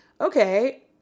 okay